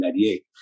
1998